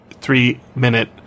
three-minute